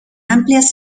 amplias